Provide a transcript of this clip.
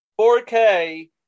4K